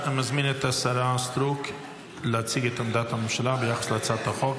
אני מזמין את השרה סטרוק להציג את עמדת הממשלה ביחס להצעת החוק.